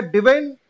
Divine